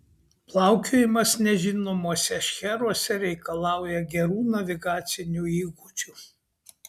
plaukiojimas nežinomuose šcheruose reikalauja gerų navigacinių įgūdžių